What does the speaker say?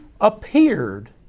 appeared